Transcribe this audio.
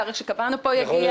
התאריך שקבענו פה יגיע,